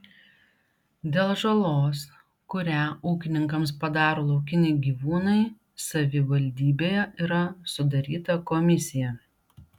dėl žalos kurią ūkininkams padaro laukiniai gyvūnai savivaldybėje yra sudaryta komisija